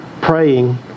praying